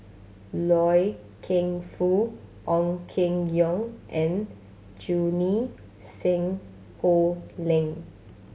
Loy Keng Foo Ong Keng Yong and Junie Sng Poh Leng